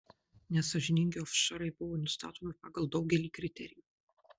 nesąžiningi ofšorai buvo nustatomi pagal daugelį kriterijų